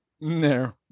No